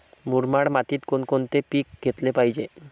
मुरमाड मातीत कोणकोणते पीक घेतले पाहिजे?